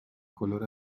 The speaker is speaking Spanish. color